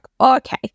okay